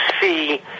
see